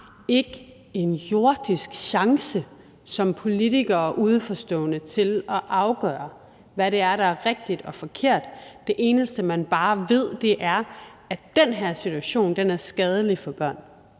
ikke en jordisk chance som politiker og udenforstående for at afgøre, hvad det er, der er rigtigt og forkert. Det eneste, man bare ved, er, at den her situation er skadelig for børn.